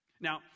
Now